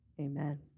amen